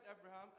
Abraham